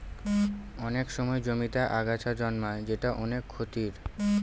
অনেক সময় জমিতে আগাছা জন্মায় যেটা অনেক ক্ষতির